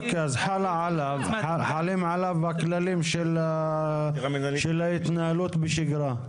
אם כן, חלים עליו הכללים של ההתנהלות בשגרה.